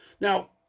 Now